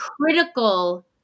critical